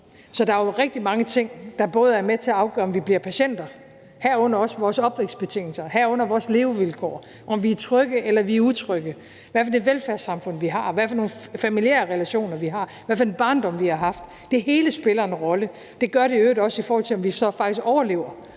Så der er jo rigtig mange ting, der er med til at afgøre, om vi bliver patienter, herunder også vores opvækstbetingelser, og herunder vores levevilkår, om vi er trygge eller vi er utrygge, hvad for et velfærdssamfund vi har, og hvad for nogle familiære relationer vi har, hvad for en barndom vi har haft. Det hele spiller en rolle, og det gør det i øvrigt også, i forhold til om vi så faktisk overlever,